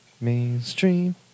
Mainstream